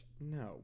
no